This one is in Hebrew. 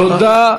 תודה.